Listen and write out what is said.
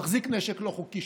מחזיק נשק לא חוקי,